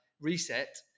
reset